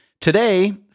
Today